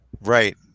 Right